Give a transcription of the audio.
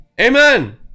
amen